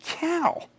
cow